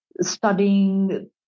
studying